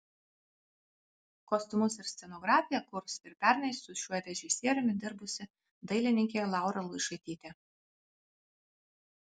kostiumus ir scenografiją kurs ir pernai su šiuo režisieriumi dirbusi dailininkė laura luišaitytė